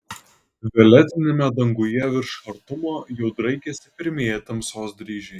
violetiniame danguje virš chartumo jau draikėsi pirmieji tamsos dryžiai